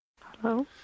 Hello